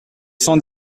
cent